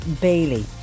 Bailey